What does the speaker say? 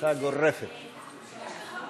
חוק הגנת כינויי מקור